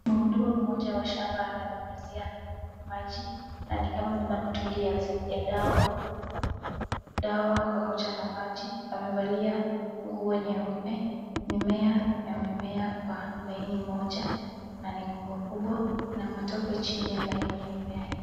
Mhudumu mmoja wa shamba ana nyunyizia maji na ni kama amebeba mtungi ya dawa, dawa pamoja na maji. Amevalia nguo nyeupe. Mimea imemea kwa laini moja na kubwa kubwa. Kuna matope chini ya laini ya mimea hiyo.